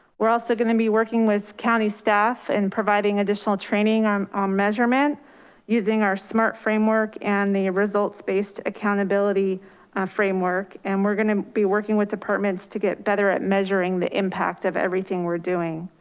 we're also gonna and be working with county staff and providing additional training on um measurement using our smart framework and the results based accountability framework. and we're gonna be working with departments to get better at measuring the impact of everything we're doing.